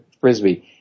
frisbee